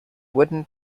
wooden